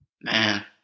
Man